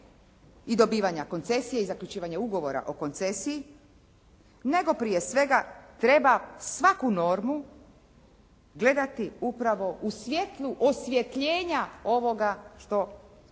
i dobivanja koncesije i zaključivanje ugovora o koncesiji, nego prije svega treba svaku normu gledati upravo u svijetlu osvjetljenja ovoga što i dolaska